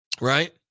right